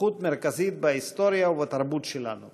נוכחות מרכזית בהיסטוריה ובתרבות שלנו,